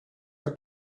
are